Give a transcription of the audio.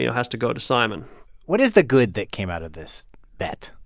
you know has to go to simon what is the good that came out of this bet?